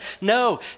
no